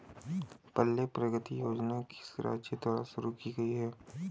पल्ले प्रगति योजना किस राज्य द्वारा शुरू की गई है?